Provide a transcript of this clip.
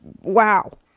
wow